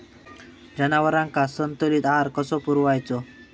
जनावरांका संतुलित आहार कसो पुरवायचो?